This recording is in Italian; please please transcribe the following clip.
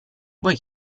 voi